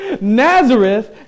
Nazareth